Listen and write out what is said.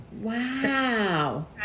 Wow